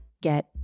get